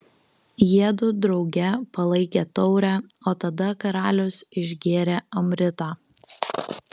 jiedu drauge palaikė taurę o tada karalius išgėrė amritą